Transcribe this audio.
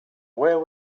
where